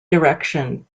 direction